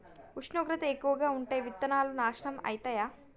ఉష్ణోగ్రత ఎక్కువగా ఉంటే విత్తనాలు నాశనం ఐతయా?